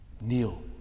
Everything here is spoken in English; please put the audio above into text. Kneel